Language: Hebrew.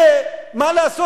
ומה לעשות?